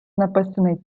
написаний